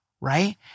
right